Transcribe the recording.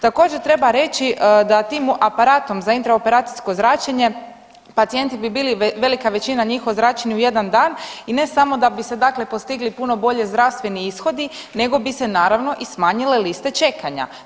Također treba reći da tim aparatom za intra operacijsko zračenje pacijenti bi bili, velika većina njih ozračeni u jedan dan i ne samo da bi se dakle postigli puno bolji zdravstveni ishodi nego bi se naravno i smanjile liste čekanja.